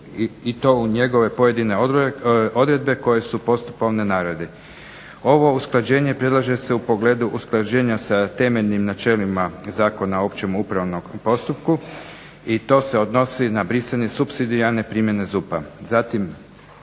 i to njegove pojedine odredbe koje su postupovne naravi. Ovo usklađenje predlaže se u pogledu usklađenja sa temeljnim načelima Zakona o općem upravnom postupku i to se odnosi na brisanje supsidijarne primjene ZUP-a,